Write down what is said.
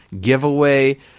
giveaway